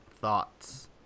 Thoughts